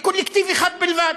לקולקטיב אחד בלבד,